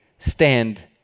stand